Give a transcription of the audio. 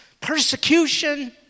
persecution